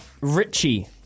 Richie